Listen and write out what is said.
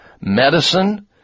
medicine